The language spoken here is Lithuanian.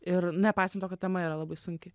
ir nepaisant to kad tema yra labai sunki